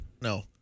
No